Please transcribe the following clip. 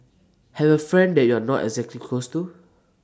have A friend that you're not exactly close to